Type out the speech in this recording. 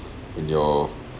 and your